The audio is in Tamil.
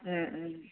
ம் ம்